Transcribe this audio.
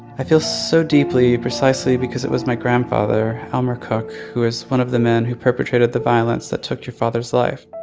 i feel so deeply precisely because it was my grandfather, elmer cook, who was one of the men who perpetrated the violence that took your father's life